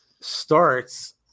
starts